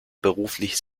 beruflich